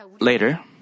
later